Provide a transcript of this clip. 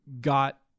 got